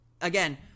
Again